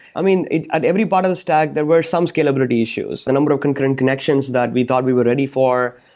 i mean, at every part of the stack, there were some scalability issues. number of concurrent connections that we thought we were ready for,